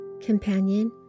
Companion